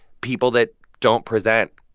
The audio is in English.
people that don't present.